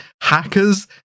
hackers